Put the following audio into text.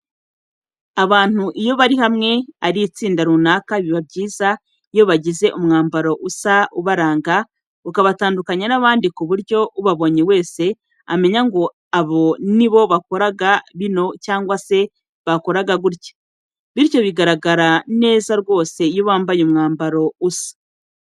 Abantu iyo bari hamwe ari itsinda runaka biba byiza iyo bagize umwambaro usa ubaranga ukabatandukanya n'abandi kuburyo ubabonye wese amenya ngo aba nibo bakoraga bino cyangwa se bakoraga gutya. Biba bigaragara neza rwose iyo bambaye umwambaro usa.